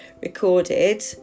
recorded